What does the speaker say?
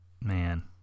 man